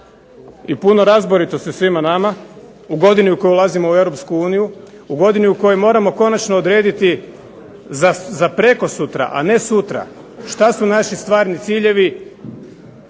i puno razboritosti svima nama, u godini u kojoj ulazimo u Europsku uniju, u godini u kojoj moramo konačno odrediti za prekosutra, a ne sutra šta su naši stvarni ciljevi